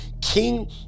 king